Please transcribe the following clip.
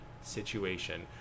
situation